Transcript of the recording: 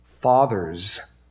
Fathers